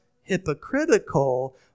hypocritical